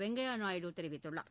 வெங்கையா நாயுடு தெரிவித்துள்ளார்